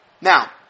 Now